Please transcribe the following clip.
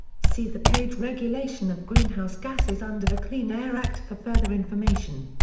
see the page regulation of greenhouse gases under the clean air act for further information.